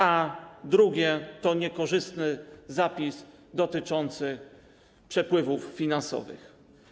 A drugi to niekorzystny zapis dotyczący przepływów finansowych.